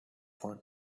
fun